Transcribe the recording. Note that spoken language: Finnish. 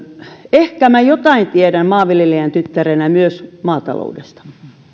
ehkä minä jotain tiedän maanviljelijän tyttärenä myös maataloudesta